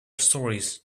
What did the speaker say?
stories